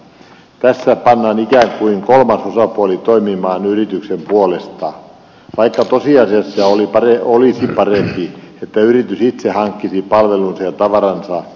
tässä pannaan ikään kuin kolmas osapuoli toimimaan yrityksen puolesta vaikka tosiasiassa olisi parempi että yritys itse hankkisi palvelunsa ja tavaransa